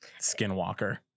Skinwalker